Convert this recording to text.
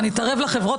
נתערב לחברות?